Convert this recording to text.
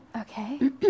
Okay